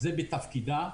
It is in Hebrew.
זה בתפקידה,